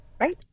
Right